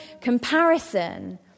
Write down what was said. comparison